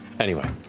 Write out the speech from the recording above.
anyway.